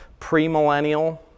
premillennial